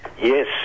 Yes